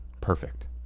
perfect